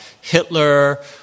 Hitler